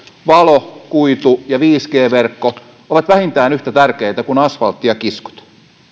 valokuitu ja viisi g verkko ovat vähintään yhtä tärkeitä kuin asfaltti ja kiskot